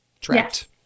Trapped